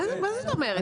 מה זאת אומרת?